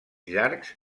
llargs